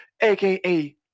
AKA